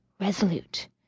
resolute